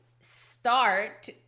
start